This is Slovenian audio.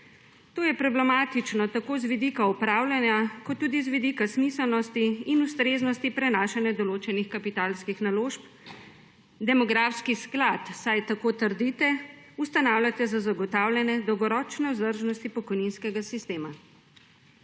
To je problematično, tako z vidika upravljanja, kot tudi z vidika smiselnosti in ustreznosti prenašanja določenih kapitalskih naložb v demografski sklad, vsaj tako trdite, ustanavljate za zagotavljanje dolgoročne vzdržnosti pokojninskega sistema.